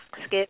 skip